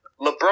LeBron